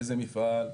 איזה מפעל,